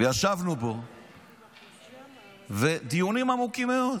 וישבנו בו בדיונים עמוקים מאוד,